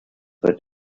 wird